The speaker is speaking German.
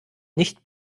nicht